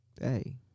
Hey